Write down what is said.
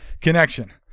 connection